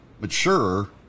mature